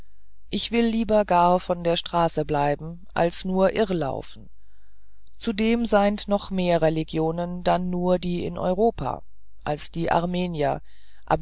ich will lieber gar von der straße bleiben als nur irrlaufen zudem seind noch mehr religionen dann nur die in europa als die armenier